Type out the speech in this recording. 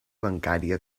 bancària